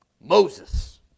Moses